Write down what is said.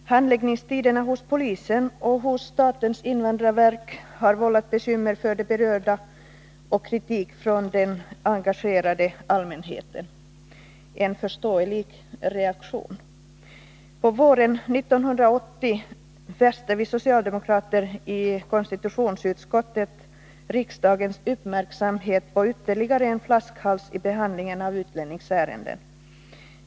Handläggningstiderna hos polisen och hos statens invandrarverk har vållat bekymmer för de berörda och kritik från den engagerade allmänheten, vilket är en förståelig reaktion. På våren 1980 fäste vi socialdemokrater i konstitutionsutskottet riksdagens uppmärksamhet på ytterligare en flaskhals i behandlingen av utlänningsärenden.